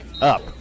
up